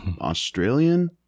Australian